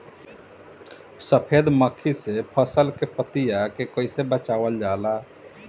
सफेद मक्खी से फसल के पतिया के कइसे बचावल जाला?